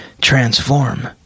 transform